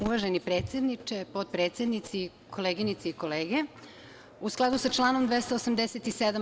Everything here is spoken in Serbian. Uvaženi predsedniče, potpredsednici, koleginice i kolege, u skladu sa članom 287.